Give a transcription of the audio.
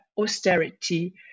austerity